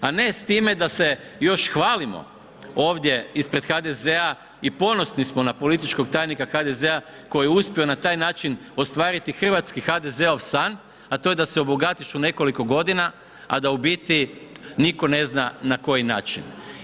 A ne s time da se još hvalimo ovdje ispred HDZ-a i ponosni smo na političkog tajnika HDZ-a koji je uspio na taj način ostvariti hrvatski HDZ-ov san a to je da se obogatiš u nekoliko godina a da u biti nitko ne zna na koji način.